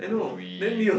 we